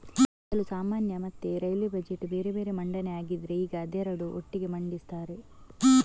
ಮೊದಲು ಸಾಮಾನ್ಯ ಮತ್ತೆ ರೈಲ್ವೇ ಬಜೆಟ್ ಬೇರೆ ಬೇರೆ ಮಂಡನೆ ಆಗ್ತಿದ್ರೆ ಈಗ ಅದೆರಡು ಒಟ್ಟಿಗೆ ಮಂಡಿಸ್ತಾರೆ